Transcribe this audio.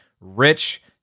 Rich